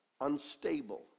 unstable